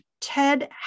Ted